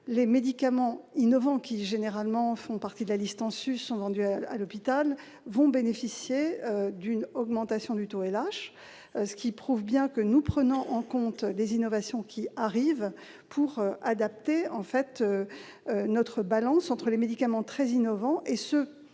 Les médicaments innovants, qui généralement font partie de la liste en sus, sont vendus à l'hôpital et vont bénéficier d'une augmentation du taux Lh. Cela prouve bien que nous prenons en compte les innovations pour adapter notre balance entre les médicaments très innovants et ceux